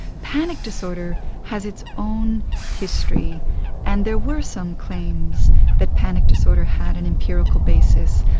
panic disorder has its own history and there were some claims that panic disorder had an empirical basis,